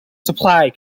supply